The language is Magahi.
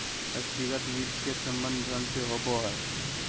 व्यक्तिगत वित्त के संबंध धन से होबो हइ